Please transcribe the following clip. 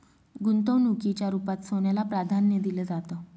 गुंतवणुकीच्या रुपात सोन्याला प्राधान्य दिलं जातं